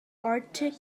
arctic